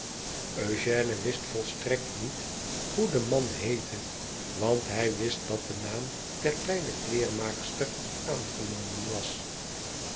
eugène wist volstrekt niet hoe de man heette want hij wist dat de naam der kleine kleermaakster aangenomen was